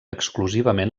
exclusivament